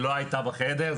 היא לא הייתה בחדר,